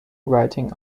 writing